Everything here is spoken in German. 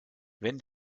wenn